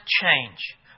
change